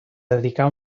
dedicar